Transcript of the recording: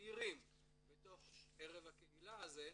צעירים בתוך ערב הקהילה הזה,